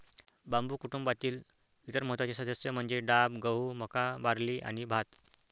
बांबू कुटुंबातील इतर महत्त्वाचे सदस्य म्हणजे डाब, गहू, मका, बार्ली आणि भात